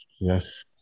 Yes